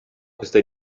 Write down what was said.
questa